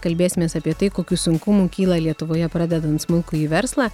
kalbėsimės apie tai kokių sunkumų kyla lietuvoje pradedant smulkųjį verslą